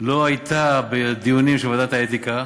לא הייתה בדיונים של ועדת האתיקה,